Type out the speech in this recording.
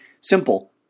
simple